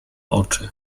oczy